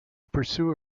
pursue